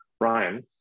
Ryan